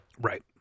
Right